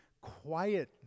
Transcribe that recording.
quiet